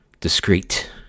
discreet